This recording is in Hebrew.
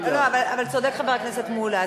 אבל צודק חבר הכנסת מולה,